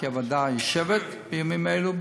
כי הוועדה יושבת בימים אלה,